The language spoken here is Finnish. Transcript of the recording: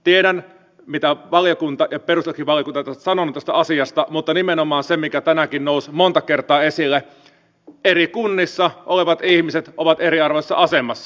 tiedän mitä valiokunta ja perustuslakivaliokunta ovat sanoneet tästä asiasta mutta tässä on nimenomaan se mikä tänäänkin nousi monta kertaa esille että eri kunnissa olevat ihmiset ovat eriarvoisessa asemassa